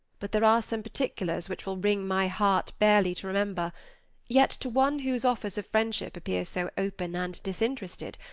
but there are some particulars which will wring my heart barely to remember yet to one whose offers of friendship appear so open and disinterested,